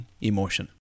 Emotion